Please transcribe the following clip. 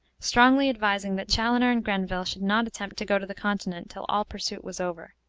strongly advising that chaloner and grenville should not attempt to go to the continent till all pursuit was over.